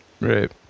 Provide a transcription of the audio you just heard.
Right